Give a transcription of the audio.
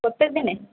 প্রত্যেকদিনে